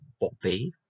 Bobby